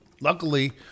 luckily